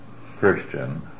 Christian